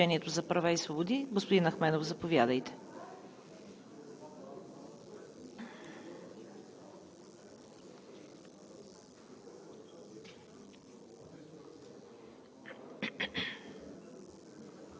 Благодаря, уважаеми господин Министър. Следва въпрос от групата на „Движението за права и свободи“. Господин Ахмедов, заповядайте.